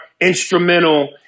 instrumental